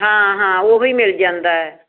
ਹਾਂ ਹਾਂ ਉਹ ਵੀ ਮਿਲ ਜਾਂਦਾ